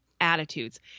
attitudes